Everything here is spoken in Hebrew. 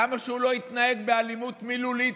למה שהוא לא יתנהג באלימות מילולית,